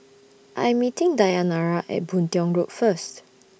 I Am meeting Dayanara At Boon Tiong Road First